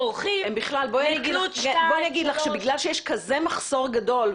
בגלל שיש כזה מחסור גדול,